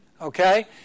Okay